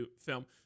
film